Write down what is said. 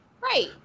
Right